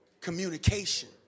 communication